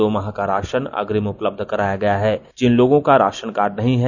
दो माह का राशन अग्रिम उपलब्ध कराया गया है जिन लोगों का राशन कार्ड नहीं है